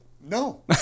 No